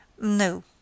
No